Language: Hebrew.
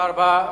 תודה רבה.